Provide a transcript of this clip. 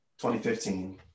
2015